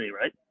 right